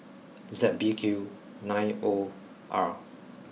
Z B Q nine O R